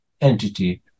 entity